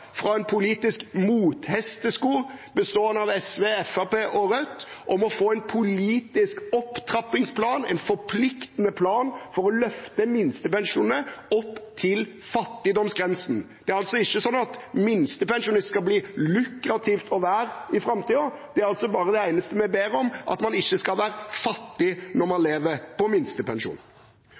fra en politisk mothestesko bestående av SV, Fremskrittspartiet og Rødt om å få en politisk opptrappingsplan – en forpliktende plan for å løfte minstepensjonene opp til fattigdomsgrensen. Det er altså ikke sånn at det skal bli lukrativt å være minstepensjonist i framtiden; det eneste vi ber om, er at man ikke skal være fattig når man lever på minstepensjon.